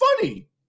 funny